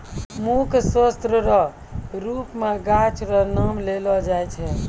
मुख्य स्रोत रो रुप मे गाछ रो नाम लेलो जाय छै